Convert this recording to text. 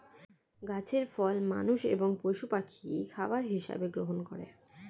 গাছের ফল মানুষ এবং পশু পাখি খাবার হিসাবে গ্রহণ করে